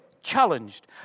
challenged